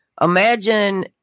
imagine